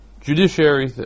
judiciary